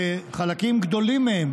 שחלקים גדולים מהם